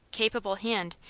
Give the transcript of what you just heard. capable hand,